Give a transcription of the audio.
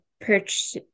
purchase